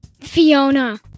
Fiona